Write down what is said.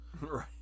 right